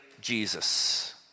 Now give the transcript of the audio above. Jesus